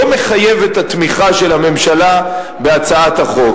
לא מחייבת את התמיכה של הממשלה בהצעת החוק.